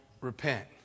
repent